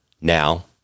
Now